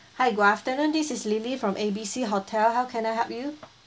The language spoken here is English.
hi good afternoon this is lily from A B C hotel how can I help you